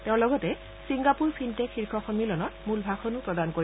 তেওঁ লগতে Singapore fintech শীৰ্ষ সন্মিলনত মূল ভাষণো প্ৰদান কৰিব